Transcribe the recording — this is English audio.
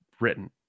written